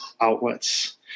outlets